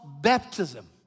baptism